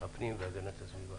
הפנים והגנת הסביבה